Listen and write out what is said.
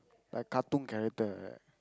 like cartoon character like that